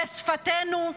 בשפתנו,